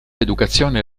educazione